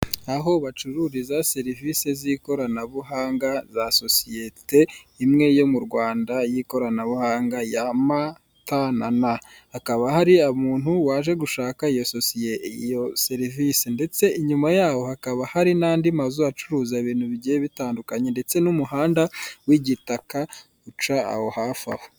Aho bacururiza serivise za sosiyete imwe muzikorera hano mu Rwanda ariyo m na n na t hakaba hari umuntu waje kushaka iyo serivise. Ndetse inyuma yaho haka hari n'andi mazu ucururizwamo ibinu bigiye bitandukanye, inyuma yaho kandi hari umuhanda w'igitaka.